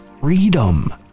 freedom